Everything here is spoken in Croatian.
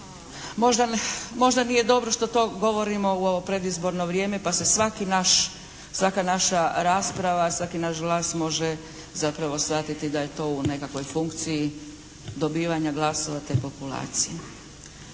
Možda nije dobro što to govorimo u ovo predizborno vrijeme pa se svaka naša rasprava, svaki naš glas može zapravo shvatiti da je to u nekakvoj funkciji dobivanja glasova te populacije.